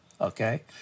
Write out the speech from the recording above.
okay